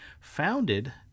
founded